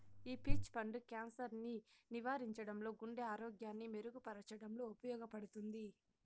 ఈ పీచ్ పండు క్యాన్సర్ ను నివారించడంలో, గుండె ఆరోగ్యాన్ని మెరుగు పరచడంలో ఉపయోగపడుతుంది